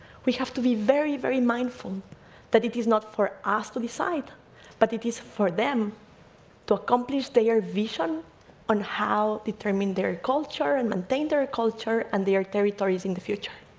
we have to be very, very mindful that it is not for us to decide, but it is for them to accomplish their vision on how determine their i mean their culture, and maintain their culture, and their territories in the future.